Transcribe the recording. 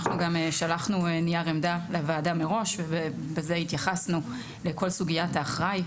אנחנו גם שלחנו מראש נייר עמדה לוועדה והתייחסנו לכל סוגיית האחראי.